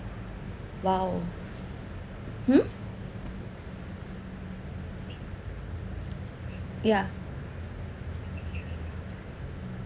!wow! hmm ya